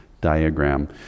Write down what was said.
diagram